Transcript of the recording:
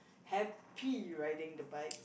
happy riding the bike